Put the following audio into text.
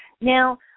Now